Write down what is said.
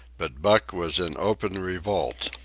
but buck was in open revolt.